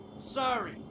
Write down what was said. sorry